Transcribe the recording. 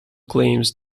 claims